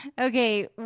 Okay